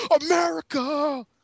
America